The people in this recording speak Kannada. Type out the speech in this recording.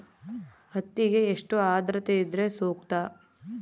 ಹತ್ತಿಗೆ ಎಷ್ಟು ಆದ್ರತೆ ಇದ್ರೆ ಸೂಕ್ತ?